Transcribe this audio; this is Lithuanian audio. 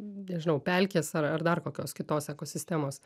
nežinau pelkės ar dar kokios kitos ekosistemos